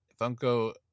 Funko